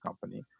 company